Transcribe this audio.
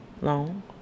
Long